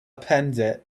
pandit